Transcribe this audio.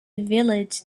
village